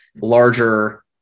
larger